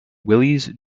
willys